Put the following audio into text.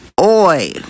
Oi